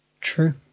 True